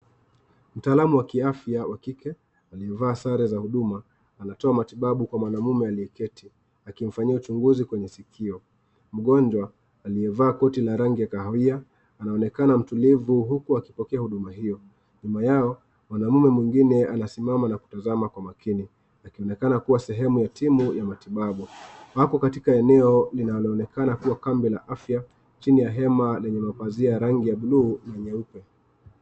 Mtaalamu wa kiafya wa kike aliyevaa sare za huduma, anatoa matibabu kwa mwanaume aliyeketi, akimfanyia uchunguzi kwenye masikio. Mgonjwa aliyevaa koti la rangi ya kahawia anaonekana mtulivu huku akipokea huduma hio, huduma yao. Mwanaume mwingine anasimama na kutazama kwa makini ,wakionekana kuwa sehemu ya timu ya matibabu .Wako katika eneo linaloonekana kuwa kambi la afya ,chini ya hema lenye mapazi ya rangi ya buluu na nyeupe.